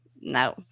No